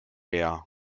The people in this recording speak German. leer